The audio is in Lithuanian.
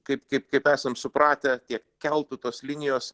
kaip kaip kaip esam supratę tiek keltų tos linijos